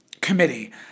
committee